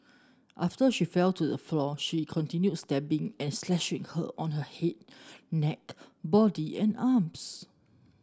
after she fell to the floor he continued stabbing and slashing her on her head neck body and arms